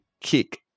kick